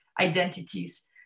identities